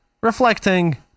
reflecting